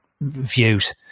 views